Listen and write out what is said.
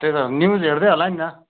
त्यही त न्युज हेर्दै होला नि त